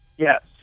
Yes